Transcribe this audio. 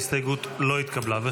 ההסתייגות לא התקבלה.